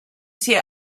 sie